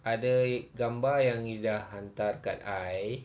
ada gambar yang you dah hantar kat I